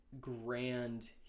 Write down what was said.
grand